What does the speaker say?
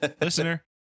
listener